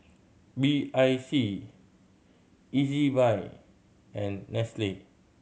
B I C Ezbuy and Nestle